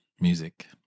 music